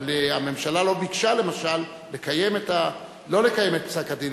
אבל הממשלה לא ביקשה, למשל, לקיים את, לא לקיים